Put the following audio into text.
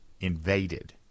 invaded